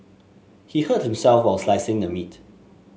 he hurt himself while slicing the meat